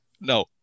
No